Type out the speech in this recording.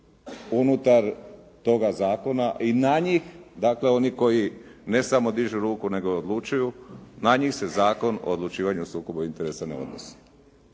unutar toga zakona i na njih, dakle oni koji ne samo dižu ruku, nego odlučuju na njih se Zakon o odlučivanju o sukobu interesa ne odnosi.